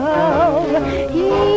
Love